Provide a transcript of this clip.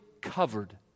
covered